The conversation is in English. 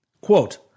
Quote